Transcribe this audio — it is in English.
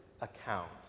account